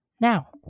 now